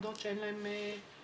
מיוחדות שאין להן --- קשישים,